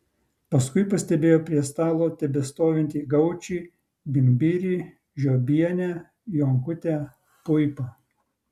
paskui pastebėjo prie stalo tebestovintį gaučį bimbirį žiobienę jonkutę puipą